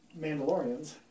Mandalorians